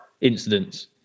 incidents